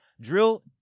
Drill